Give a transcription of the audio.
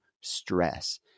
stress